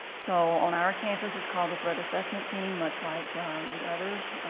so on our campus, it's called the threat assessment team much like the others.